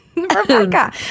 Rebecca